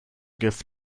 give